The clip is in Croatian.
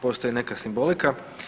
Postoji neka simbolika.